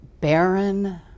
barren